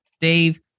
Dave